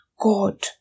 God